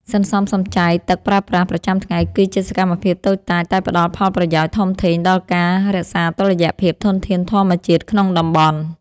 សន្សំសំចៃទឹកប្រើប្រាស់ប្រចាំថ្ងៃគឺជាសកម្មភាពតូចតាចតែផ្ដល់ផលប្រយោជន៍ធំធេងដល់ការរក្សាតុល្យភាពធនធានធម្មជាតិក្នុងតំបន់។